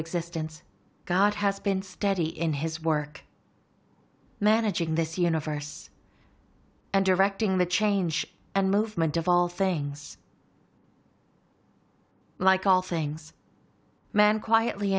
existence god has been steady in his work managing this universe and directing the change and movement of all things like all things man quietly